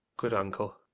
good uncle,